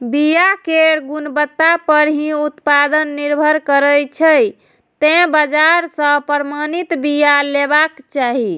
बिया केर गुणवत्ता पर ही उत्पादन निर्भर करै छै, तें बाजार सं प्रमाणित बिया लेबाक चाही